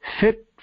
fit